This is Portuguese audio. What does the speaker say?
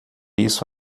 isso